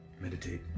meditate